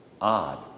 odd